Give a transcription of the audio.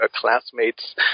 classmates